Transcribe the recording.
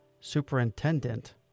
Superintendent